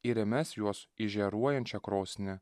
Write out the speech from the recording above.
ir įmes juos į žaruojančią krosnį